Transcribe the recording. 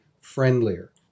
friendlier